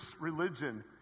religion